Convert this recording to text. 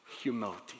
humility